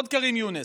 עוד כרים יונס,